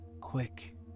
quick